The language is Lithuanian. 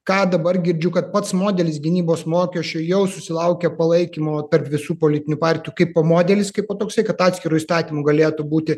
ką dabar girdžiu kad pats modelis gynybos mokesčio jau susilaukė palaikymo tarp visų politinių partijų kaipo modelis kaipo toksai kad atskiru įstatymu galėtų būti